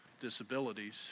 disabilities